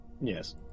Yes